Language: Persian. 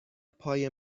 پای